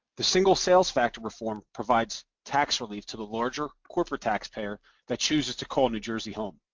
the single sales factor reform provides tax relief to the larger corporate taxpayer that chooses to call new jersey home.